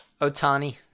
Otani